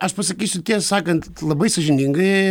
aš pasakysiu tiesiai sakant labai sąžiningai